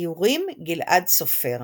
איורים גלעד סופר,